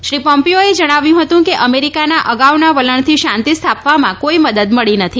શ્રી પોમ્પીઓએ જણાવ્યું હતું કે અમેરિકાના અગાઉના વલણથી શાંતિ સ્થાપવામાં કોઈ મદદ મળી નથી